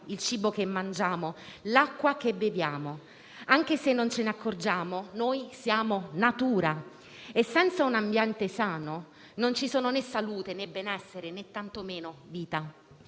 il cibo che mangiamo, l'acqua che beviamo. Anche se non ce ne accorgiamo, noi siamo natura e, senza un ambiente sano, non ci sono né salute, né benessere, né tantomeno vita.